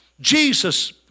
Jesus